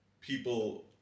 people